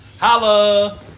Holla